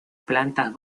plantas